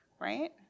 right